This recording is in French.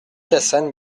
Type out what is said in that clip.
cassagne